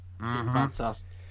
Fantastic